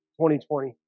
2020